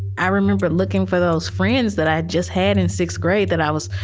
i remember looking for those friends that i just had in sixth grade that i was,